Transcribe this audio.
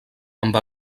amb